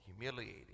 humiliating